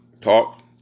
talk